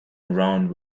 around